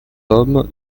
pomme